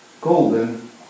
golden